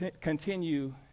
Continue